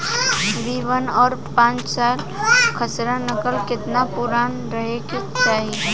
B one और पांचसाला खसरा नकल केतना पुरान रहे के चाहीं?